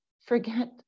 forget